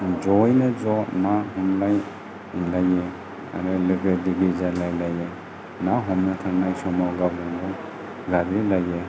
ज'यैनो ज' ना हमनाय हमलायो आरो लोगो बिदि जालायलायो ना हमनो थांनाय समाव गावजों गाव गाबज्रिलायो